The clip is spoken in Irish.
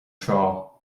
tráth